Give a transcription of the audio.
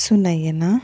Sunayana